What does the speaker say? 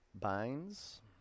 Binds